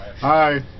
Hi